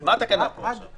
מה התקנה פה עכשיו?